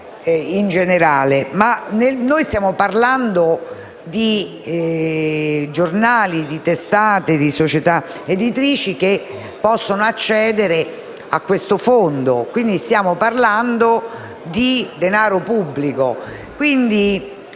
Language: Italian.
in generale. Ma qui noi stiamo parlando di giornali, di testate e di società editrici che possono accedere a questo fondo, quindi stiamo parlando di denaro pubblico.